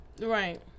Right